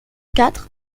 quatre